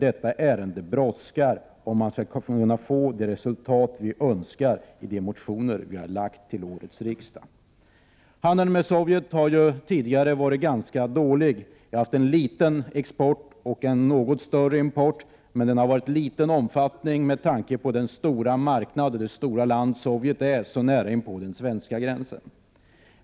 Detta ärende brådskar, om resultatet skall bli det som vi önskar i de motioner vi har väckt till årets riksdag. Handeln med Sovjet har tidigare varit ganska dålig. Sverige har haft en liten export och en något större import, men handeln har varit i liten omfattning med tanke på den stora marknad och det stora land Sovjet är så nära inpå den svenska gränsen.